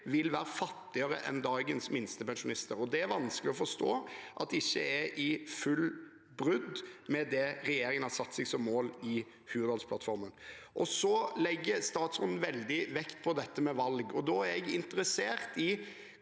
vil være fattigere enn dagens minstepensjonister. Det er vanskelig å forstå at det ikke er et fullt brudd med det regjeringen har satt seg som mål i Hurdalsplattformen. Statsråden legger veldig vekt på dette med valg, og da er jeg interessert i